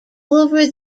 over